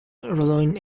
rolojn